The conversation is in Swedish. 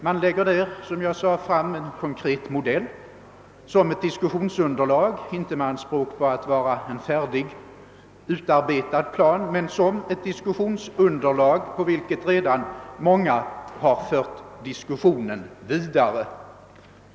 Där läggs, som jag sade, fram en konkret modell som ett diskussionsunderlag, inte med anspråk på att vara en färdig och utarbetad plan men som ett diskussionsunderlag på vilket redan många har fört diskussionen vidare.